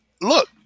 Look